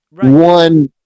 one